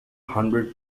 hundred